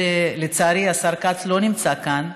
לצערי, השר כץ לא נמצא כאן,